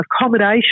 accommodation